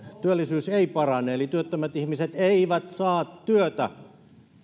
työllisyys ei parane eli työttömät ihmiset eivät saa työtä